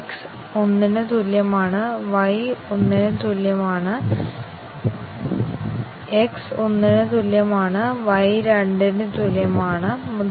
path പരിശോധനയിൽ ഒരു പ്രോഗ്രാമിലെ എല്ലാ പാതകളും ഉൾപ്പെടുത്തണമെന്ന് ഞങ്ങൾ ആഗ്രഹിക്കുന്നു